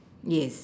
yes